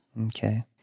Okay